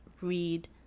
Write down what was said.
read